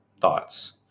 thoughts